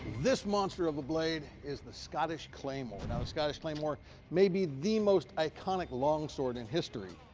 this monster of a blade is the scottish claymore. now the scottish claymore may be the most iconic long sword in history.